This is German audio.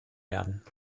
werden